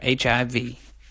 hiv